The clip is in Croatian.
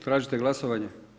Tražite glasovanje?